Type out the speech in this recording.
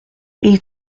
ils